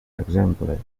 exemples